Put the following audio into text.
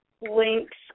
links